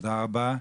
תודה רבה.